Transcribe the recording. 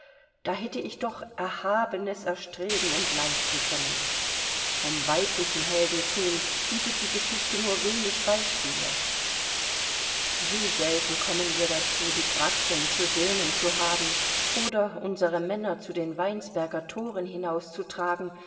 da hätte ich doch erhabenes erstreben und leisten können vom weiblichen heldentum bietet die geschichte nur wenig beispiele wie selten kommen wir dazu die gracchen zu söhnen zu haben oder unsere männer zu den weinsberger thoren hinauszutragen